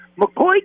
McCoy